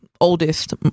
oldest